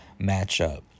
matchup